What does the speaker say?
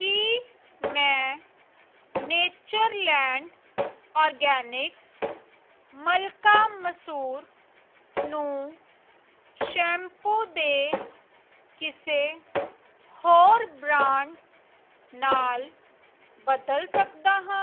ਕੀ ਮੈਂ Natureland Organics ਮਲਕਾ ਮਸੂਰ ਨੂੰ ਸ਼ੈਂਪੂ ਦੇ ਕਿਸੇ ਹੋਰ ਬ੍ਰਾਂਡ ਨਾਲ ਬਦਲ ਸਕਦਾ ਹਾਂ